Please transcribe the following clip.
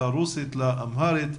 רוסית ואמהרית,